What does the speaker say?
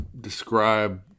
describe